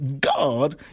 God